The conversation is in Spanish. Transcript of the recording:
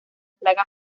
plaga